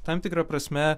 tam tikra prasme